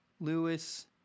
Lewis